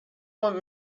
want